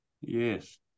Yes